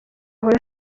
ahora